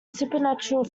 supernatural